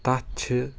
تتھ چھِ